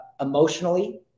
emotionally